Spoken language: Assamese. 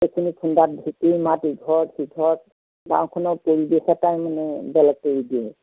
সেইখিনি খুন্দাত ঢেঁকীৰ মাত ইঘৰত সিঘৰত গাঁওখনৰ পৰিৱেশ এটাই মানে বেলেগ কৰি দিয়ে